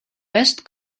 best